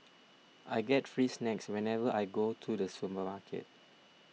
I get free snacks whenever I go to the supermarket